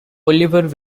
oliver